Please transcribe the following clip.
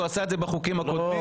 הוא עשה את זה בחוקים הקודמים,